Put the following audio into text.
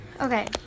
Okay